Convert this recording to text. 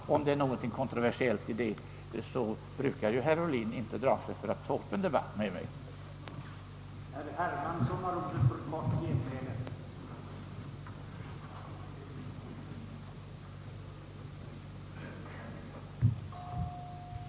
Skulle det vara någonting kontroversiellt i det, så kommer nog herr Ohlin att ta upp en debatt med mig — det brukar han ju inte dra sig för.